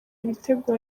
ibitego